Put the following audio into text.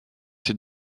ses